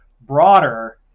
broader